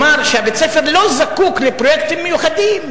שבאזור שבו אני חי המרחקים יותר גדולים,